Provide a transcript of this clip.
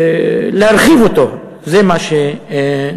ולהרחיב אותו, זה מה שנדרש.